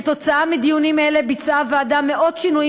כתוצאה מדיונים אלה ביצעה הוועדה מאות שינויים